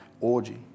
orgy